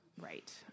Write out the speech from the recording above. Right